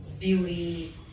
beauty